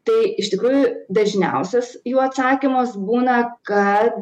tai iš tikrųjų dažniausias jų atsakymas būna kad